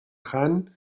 han